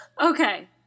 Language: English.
Okay